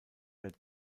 der